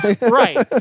Right